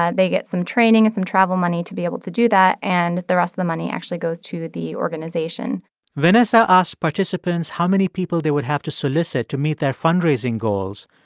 ah they get some training and some travel money to be able to do that, and the rest of the money actually goes to the organization vanessa asked participants how many people they would have to solicit to meet their fundraising goals,